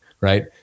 right